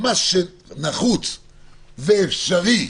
מה שנחוץ ואפשרי,